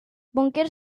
búnquer